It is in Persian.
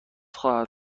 خواهد